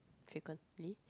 frequently